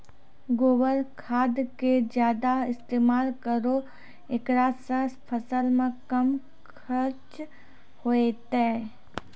गोबर खाद के ज्यादा इस्तेमाल करौ ऐकरा से फसल मे कम खर्च होईतै?